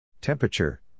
Temperature